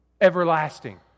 Everlasting